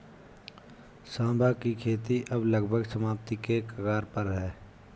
सांवा की खेती अब लगभग समाप्ति के कगार पर है